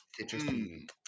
Interesting